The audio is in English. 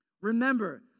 Remember